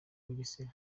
mugesera